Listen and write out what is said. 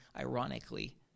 ironically